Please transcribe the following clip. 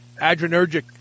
adrenergic